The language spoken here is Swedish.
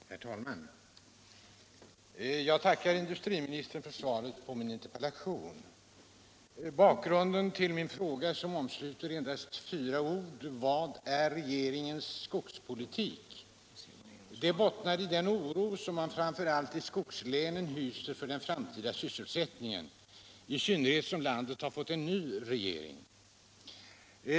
Herr talman! Jag tackar industriministern för svaret på min interpellation. Bakgrunden till min fråga — som omsluter endast fyra ord: ”Vad är regeringens skogspolitik?” — är den oro som man framför allt i skogslänen hyser för den framtida sysselsättningen, i synnerhet som landet har fått en ny regering.